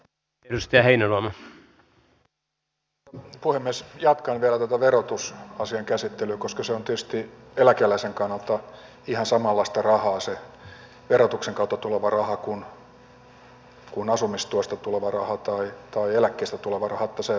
jatkan vielä tätä verotusasian käsittelyä koska se verotuksen kautta tuleva raha on tietysti eläkeläisen kannalta ihan samanlaista rahaa kuin asumistuesta tai eläkkeestä tuleva raha se loppusumma ratkaisee